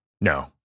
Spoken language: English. No